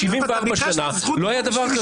74 שנה לא היה דבר כזה.